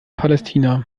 palästina